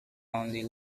only